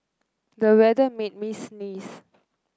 the weather made me sneeze